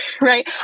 Right